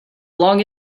long